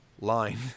line